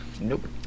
Nope